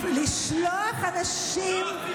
לשלוח אנשים,